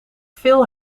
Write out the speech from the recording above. veel